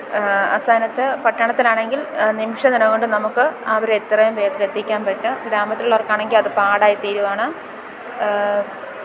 ആ സ്ഥാനത്ത് പട്ടണത്തിലാണെങ്കില് നിമിഷ നേരം കൊണ്ട് നമുക്ക് അവരെ എത്രയും വേഗത്തിലെത്തിക്കാൻ പറ്റും ഗ്രാമത്തിലുള്ളവര്ക്കാണെങ്കിൽ അതു പാടായിത്തീരുകയാണ്